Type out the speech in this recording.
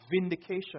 vindication